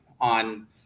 on